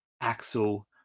axel